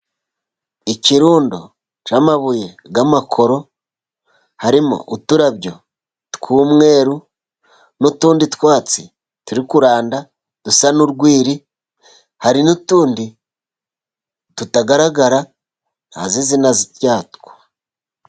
Ikirundo c' amabuye y' amakoro, harimo uturabyo tw' umweru n' utundi twatsi turi kuranda dusa n' urwiri hari n' utundi tutagaragara ntazi izina ryatwo.